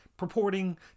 Purporting